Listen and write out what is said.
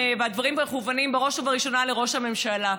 והדברים מכוונים בראש ובראשונה לראש הממשלה,